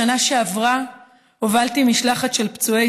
בשנה שעברה הובלתי משלחת של פצועי